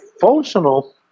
functional